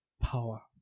power